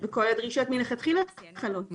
וכל הדרישות מלכתחילה חלות עליהם.